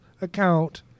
account